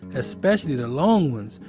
especially the long ones.